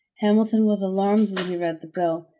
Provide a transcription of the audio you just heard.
hamilton was alarmed when he read the bill,